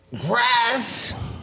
grass